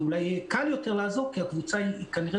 ואולי יהיה קל יותר לעזור כי הקבוצה היא כנראה